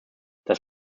das